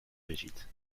brigitte